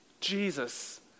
Jesus